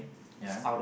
ya